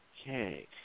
Okay